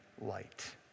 light